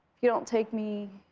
if you don't take me,